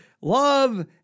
love